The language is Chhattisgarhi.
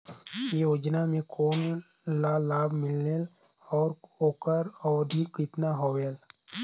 ये योजना मे कोन ला लाभ मिलेल और ओकर अवधी कतना होएल